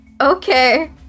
Okay